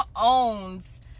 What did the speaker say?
owns